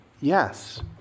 yes